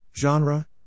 Genre